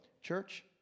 church